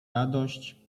radość